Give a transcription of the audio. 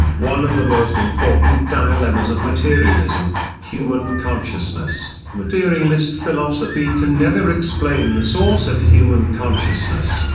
one of the most important dilemmas of materialism human consciousness materialist philosophy can never explain the source of human consciousness,